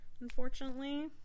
unfortunately